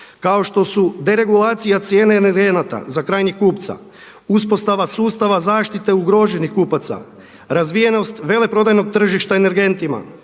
kao što su deregulacija cijene energenata za krajnjeg kupca uspostava sustava zaštite ugroženih kupaca, razvijenost veleprodajnog tržišta energentima,